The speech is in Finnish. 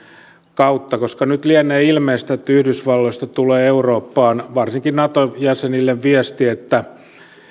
kautta koska nyt lienee ilmeistä että yhdysvalloista tulee eurooppaan varsinkin nato jäsenille viesti että